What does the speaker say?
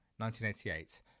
1988